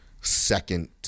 second